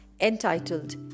entitled